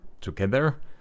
together